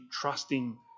trusting